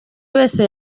wese